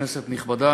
כנסת נכבדה,